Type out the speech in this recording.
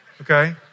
Okay